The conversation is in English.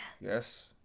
Yes